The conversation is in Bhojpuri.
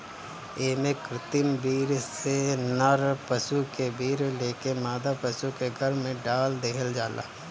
एमे कृत्रिम वीर्य से नर पशु के वीर्य लेके मादा पशु के गर्भ में डाल देहल जाला